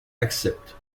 accepte